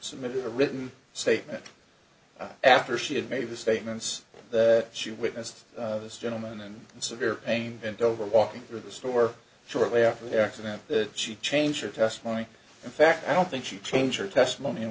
submitted a written statement after she had made the statements that she witnessed this gentleman in severe pain and over walking through the store shortly after the accident that she changed her testimony in fact i don't think she changed her testimony in